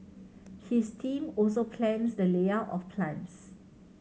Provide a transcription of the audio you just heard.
his team also plans the layout of plants